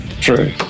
True